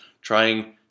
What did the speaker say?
trying